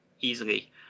easily